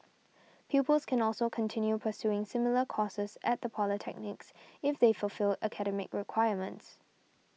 pupils can also continue pursuing similar courses at the polytechnics if they fulfil academic requirements